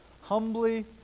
humbly